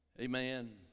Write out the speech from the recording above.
Amen